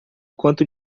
quanto